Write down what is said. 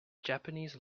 japanese